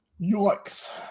Yikes